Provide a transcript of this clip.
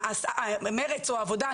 מרצ או העבודה,